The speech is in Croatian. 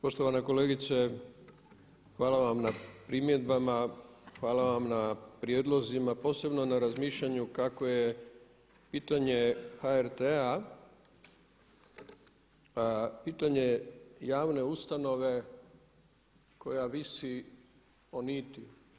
Poštovana kolegice, hvala vam na primjedbama, hvala vam na prijedlozima, posebno na razmišljanju kako je pitanje HRT-a pitanje javne ustanove koja visi o niti.